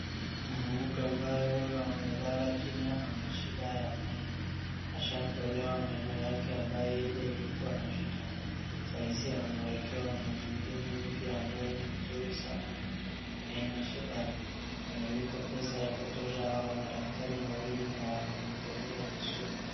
Mwanamke ambaye huyu amelala chini ana shida ya meno. Ashatolewa meno yake ambaye ile ilikua na shida. Sahizi anawekewa meno ingine mpya ambaye ni nzuri sana haina shida. Amelipa pesa ya kutosha, hawa madaktrai mawili wanamhudumia vizuri.